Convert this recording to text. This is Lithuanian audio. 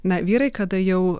na vyrai kada jau